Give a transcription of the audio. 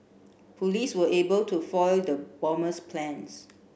police were able to foil the bomber's plans